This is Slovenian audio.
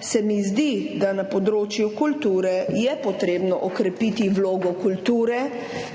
se mi zdi, da je na področju kulture potrebno okrepiti vlogo kulture